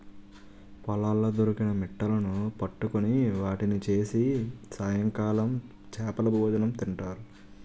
పొలాల్లో దొరికిన మిట్టలును పట్టుకొని వాటిని చేసి సాయంకాలం చేపలభోజనం తింటారు